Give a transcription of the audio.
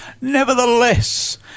Nevertheless